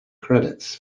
credits